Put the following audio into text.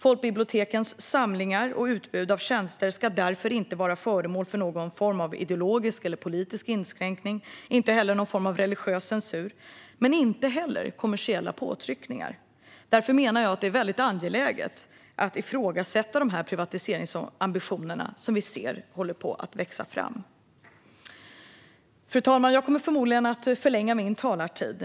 Folkbibliotekens samlingar och utbud av tjänster ska därför inte vara föremål för någon form av ideologisk eller politisk inskränkning och inte heller någon form av religiös censur, men inte heller kommersiella påtryckningar. Därför menar jag att det är mycket angeläget att ifrågasätta dessa privatiseringsambitioner som vi ser håller på att växa fram. Fru talman! Jag kommer förmodligen att överskrida min anmälda talartid.